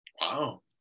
Wow